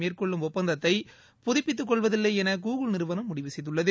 மேற்கொள்ளும் ஒப்பந்தத்தை புதப்பித்துக்கொள்வதில்லை என கூகுள் நிறுவனம் முடிவு செய்துள்ளது